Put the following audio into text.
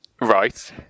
Right